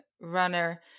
runner